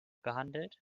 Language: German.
behandelt